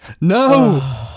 No